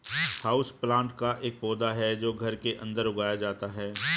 houseplant एक पौधा है जो घर के अंदर उगाया जाता है